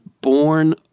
born